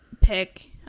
pick